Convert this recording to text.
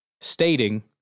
stating